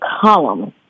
column